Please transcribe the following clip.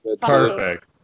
Perfect